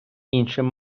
іншим